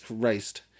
Christ